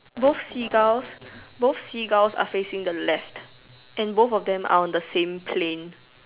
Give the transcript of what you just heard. both seagulls both seagulls are facing the left and both of them are on the same plane